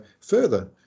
further